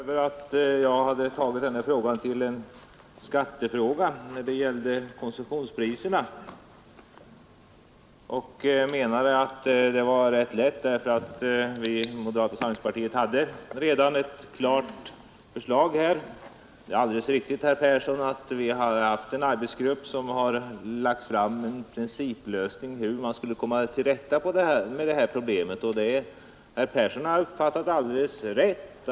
Fru talman! Herr Persson i Skänninge var tydligen irriterad över att jag hade gjort frågan om konsumtionspriserna till en skattefråga. Han menade att det var lätt, därför att moderata samlingspartiet redan hade ett klart förslag. Det är alldeles riktigt, herr Persson, att vi har haft en arbetsgrupp som lagt fram förslag till en principiell lösning av detta problem. Herr Persson har uppfattat det alldeles rätt.